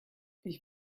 ich